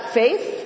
faith